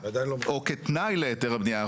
או כתנאי להיתר הבנייה,